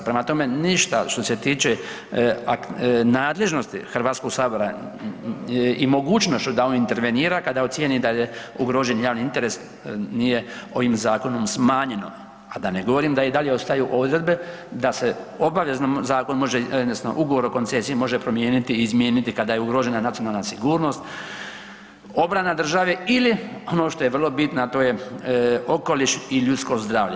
Prema tome, ništa što se tiče nadležnosti Hrvatskog sabora i mogućnošću da on intervenira kada ocijeni da je ugrožen javni interes nije ovim zakonom smanjeno, a da ne govorim da i dalje ostaju odredbe da se obavezno zakon može odnosno ugovor o koncesiji može promijeniti, izmijeniti kada je ugrožena nacionalna sigurnost, obrana države ili ono što je vrlo bitno, a to je okoliš i ljudsko zdravlje.